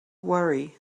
worry